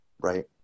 right